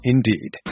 Indeed